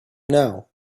now